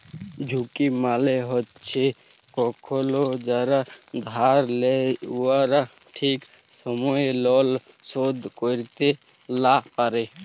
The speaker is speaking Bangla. ঝুঁকি মালে হছে কখল যারা ধার লেই উয়ারা ঠিক সময়ে লল শোধ ক্যইরতে লা পারে